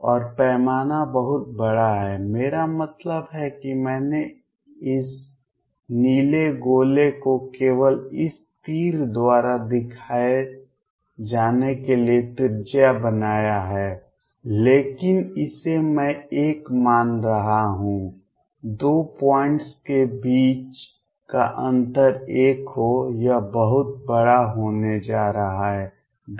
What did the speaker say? और पैमाना बहुत बड़ा है मेरा मतलब है कि मैंने इस नीले गोले को केवल इस तीर द्वारा दिखाए जाने के लिए त्रिज्या बनाया है लेकिन इसे मैं 1 मान रहा हूं दो पॉइंट्स के बीच का अंतर 1 हो यह बहुत बड़ा होने जा रहा है 1023